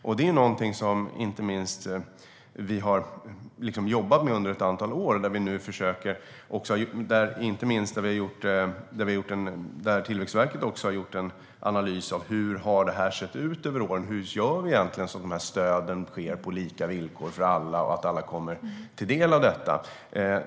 Detta är någonting vi har jobbat med under ett antal år, och inte minst Tillväxtverket har gjort en analys av hur detta egentligen har sett ut genom åren. Hur gör vi för att stöden ska ges på lika villkor för alla och komma alla till del?